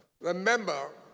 Remember